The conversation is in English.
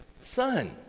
son